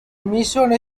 mission